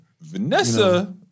Vanessa